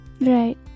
Right